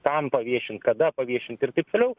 kam paviešint kada paviešint ir taip toliau